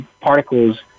particles